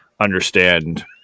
understand